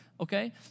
Okay